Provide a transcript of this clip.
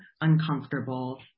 uncomfortable